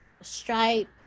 Stripe